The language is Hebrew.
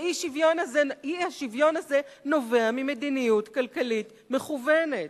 האי-שוויון הזה נובע ממדיניות כלכלית מכוונת: